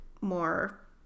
more